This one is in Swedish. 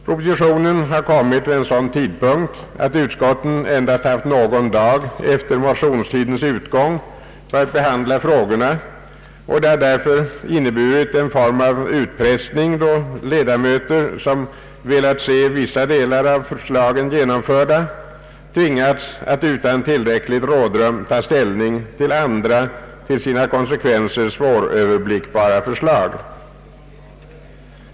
Propositionen har kommit vid en sådan tidpunkt att utskotten endast haft någon dag efter motionstidens utgång för att behandla frågorna, och det har därför inneburit en form av utpressning, då ledamöter som velat se vissa delar av förslagen genomförda tvingats att utan tillräckligt rådrum taga ställning till andra till sina konsekvenser svåröverblickbara förslag.